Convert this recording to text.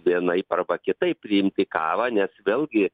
vienaip arba kitaip priimti kavą nes vėlgi